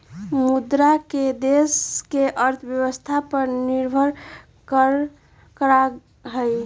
मुद्रा दर देश के अर्थव्यवस्था पर निर्भर करा हई